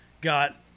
got